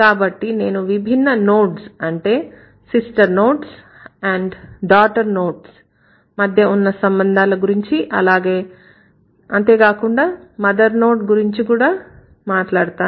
కాబట్టి నేను విభిన్న నోడ్స్ అంటే సిస్టర్ నోడ్స్ డాటర్ నోడ్స్ మధ్య ఉన్న సంబంధాల గురించి అంతేకాకుండా మదర్ నోడ్ గురించి కూడా మాట్లాడుతాను